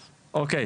אוקי,